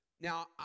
Now